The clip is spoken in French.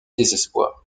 désespoir